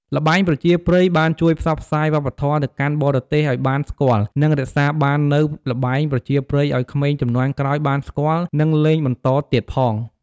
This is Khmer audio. ល្បែងប្រជាប្រិយបានជួយផ្សព្វផ្សាយវប្បធម៌ទៅកាន់បរទេសឲ្យបានស្គាល់ និងរក្សាបាននូវល្បែងប្រជាប្រិយឲ្យក្មេងជំនាន់ក្រោយបានស្គាល់ និងលេងបន្តទៀតផង។